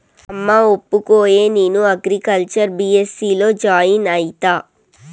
అమ్మా ఒప్పుకోయే, నేను అగ్రికల్చర్ బీ.ఎస్.సీ లో జాయిన్ అయితా